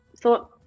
thought